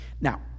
Now